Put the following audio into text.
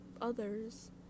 others